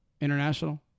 international